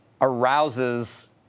arouses